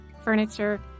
furniture